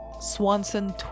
Swanson